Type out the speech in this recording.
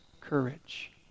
courage